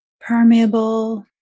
permeable